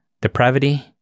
depravity